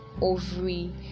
ovary